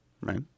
right